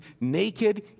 naked